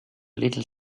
little